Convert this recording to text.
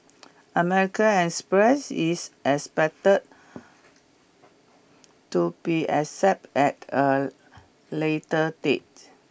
American Express is expected to be accept at a later date